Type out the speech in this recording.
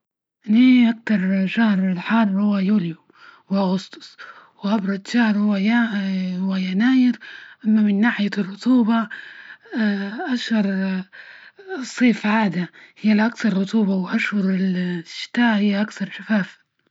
أني أكتر شهر الحار هو يوليو وأغسطس، وأبرد شهر، هو ينا-هو يناير. أما من ناحية الرطوبة أشهر صيف عادة هي الأكثر رطوبة، وأشهر ال الشتاء هي أكثر شفافه.